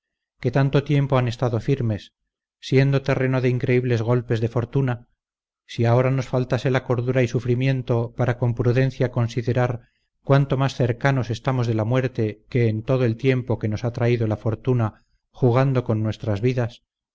que tanto tiempo han estado firmes siendo terreno de increíbles golpes de fortuna si ahora nos faltase la cordura y sufrimiento para con prudencia considerar cuánto más cercanos estamos de la muerte que en todo el tiempo que nos ha traído la fortuna jugando con nuestras vidas